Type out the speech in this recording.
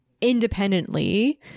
independently